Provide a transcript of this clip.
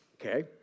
Okay